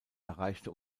erreichte